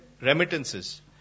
remittances